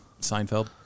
Seinfeld